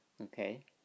okay